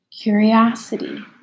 curiosity